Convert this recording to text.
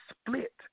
split